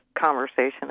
conversation